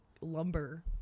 lumber